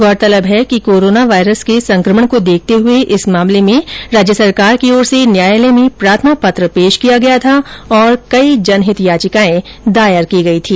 गौरतलब है कि कोरोना वायरस के संकमण को देखते हुए इस मामले में राज्य सरकार की ओर से प्रार्थना पत्र पेश किया गया था और कई जनहित याचिकाए दायर की गई थी